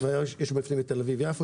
יש בפנים את תל אביב-יפו,